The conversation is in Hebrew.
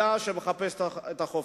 שמחפש את החופש.